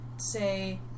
say